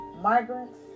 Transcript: migrants